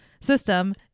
system